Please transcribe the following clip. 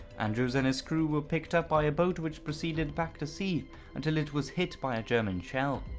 andrews and his crew were picked up by a boat which proceeded back to sea until it was hit by a german shell.